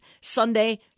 Sunday